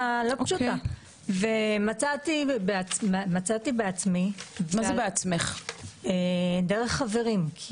מצאתי בעצמי דרך חברים,